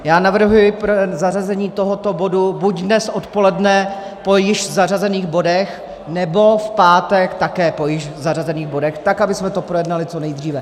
Já navrhuji zařazení tohoto bodu buď dnes odpoledne po již zařazených bodech, nebo v pátek také po již zařazených bodech, tak abychom to projednali co nejdříve.